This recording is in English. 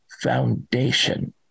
foundation